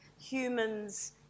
humans